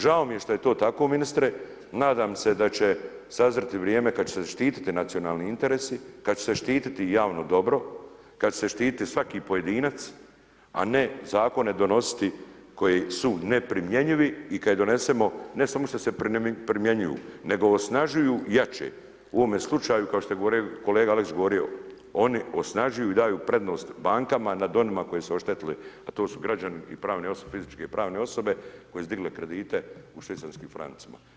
Žao mi je što je to tako ministre, nadam se da će sazriti vrijeme, kada će se zaštiti nacionalni interesi, kada će se štiti javno dobro, kada će se štiti svaki pojedinac, a ne zakone donositi koji su neprimjenjivi i kada ih donesemo, ne samo što se primjenjuju nego osnažuju jače, u ovome slučaju, kao što je kolega Aleksić govorio, oni osnažuju i daju prednost bankama nad onima koji su oštetili, a to su građani pravne osobe, fizičke i pravne osobe, koji su digli kredite u švicarskim francima.